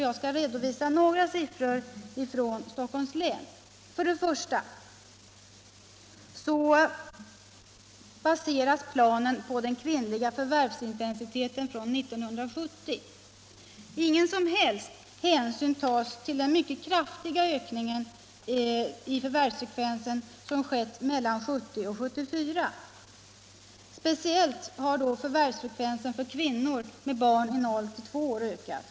Jag skall redovisa några siffror från Stockholms län. För det första. Planen baseras på den kvinnliga förvärvsintensiteten från 1970. Ingen som helst hänsyn tas till den mycket kraftiga ökning i förvärvsfrekvensen som skett mellan 1970 och 1974. Speciellt har förvärvsfrekvensen för kvinnor med barn i åldern 0-2 år ökat.